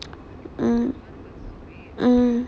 mm mm